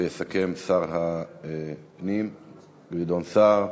ויסכם שר הפנים גדעון סער.